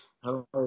Hello